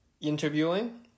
interviewing